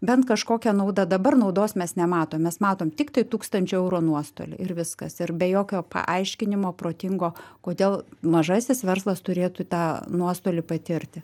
bent kažkokia nauda dabar naudos mes nematom mes matom tiktai tūkstančio eurų nuostolį ir viskas ir be jokio paaiškinimo protingo kodėl mažasis verslas turėtų tą nuostolį patirti